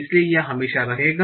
इसलिए यह हमेशा रहेगा